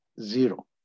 zero